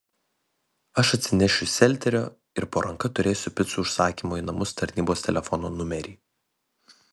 aš atsinešiu selterio ir po ranka turėsiu picų užsakymų į namus tarnybos telefono numerį